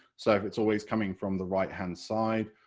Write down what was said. so if it's always coming from the right hand side,